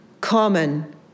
common